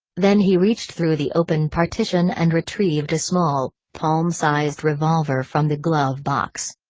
then he reached through the open partition and retrieved a small, palm-sized revolver from the glove box.